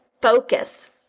focus